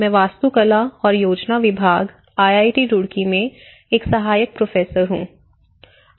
मैं वास्तुकला और योजना विभाग आई आई टी रुड़की में एक सहायक प्रोफेसर हूं